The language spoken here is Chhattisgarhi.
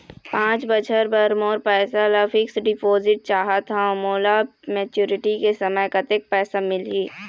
पांच बछर बर मोर पैसा ला फिक्स डिपोजिट चाहत हंव, मोला मैच्योरिटी के समय कतेक पैसा मिल ही?